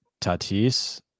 Tatis